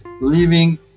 living